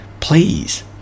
Please